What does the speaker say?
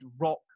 rock